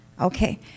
Okay